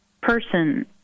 person